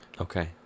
Okay